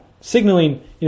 signaling